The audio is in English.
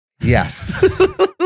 Yes